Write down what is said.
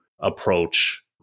approach